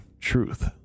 truth